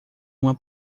uma